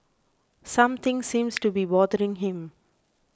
something seems to be bothering him